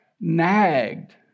nagged